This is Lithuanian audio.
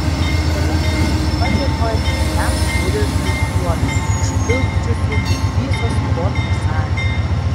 treneris taip pat dėkojo dideliam būriui aistruolių užpildžiusių dubysos sporto salę